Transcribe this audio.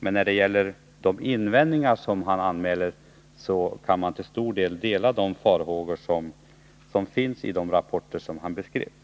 Men när det gäller de invändningar som han anmäler kan jag till stor del instämma i farhågorna i de rapporter han talade om.